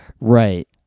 Right